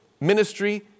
ministry